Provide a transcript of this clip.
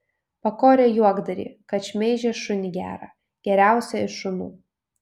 pakorė juokdarį kad šmeižė šunį gerą geriausią iš šunų